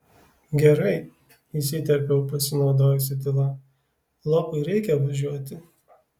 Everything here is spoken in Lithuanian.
gerai įsiterpiau pasinaudojusi tyla lopui reikia važiuoti